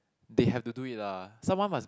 they have to do it lah someone must